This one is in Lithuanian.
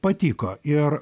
patiko ir